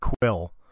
quill